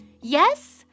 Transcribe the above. Yes